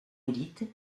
élite